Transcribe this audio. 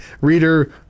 reader